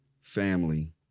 Family